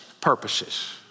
purposes